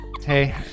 Hey